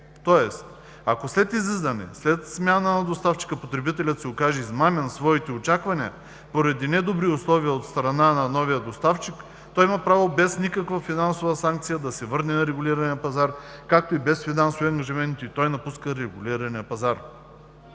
Тоест ако след излизане, след смяната на доставчика потребителят се окаже измамен в своите очаквания, поради недобри условия от страна на новия доставчик, той има право без никаква финансова санкция да се върне на регулирания пазар, както и без финансови ангажименти, той напуска регулирания пазар.